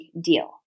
deal